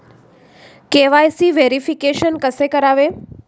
KYC verification कसे करावे?